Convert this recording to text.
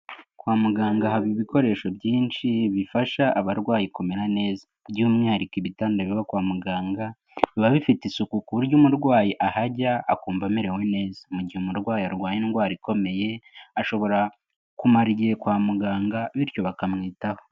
Kwa muganga haba ibikoresho byinshi bifasha abarwayi kumera neza by'umwihariko ibitanda biba kwa muganga. Biba bifite isuku ku buryo umurwayi ahajya akumva amerewe neza. Mu gihe umurwayi arwaye indwara ikomeye, ashobora kumara igihe kwa muganga bityo bakamwitaho.